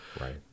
Right